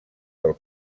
del